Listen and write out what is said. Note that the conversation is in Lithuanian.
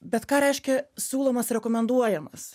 bet ką reiškia siūlomas rekomenduojamas